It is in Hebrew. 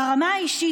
ברמה האישית,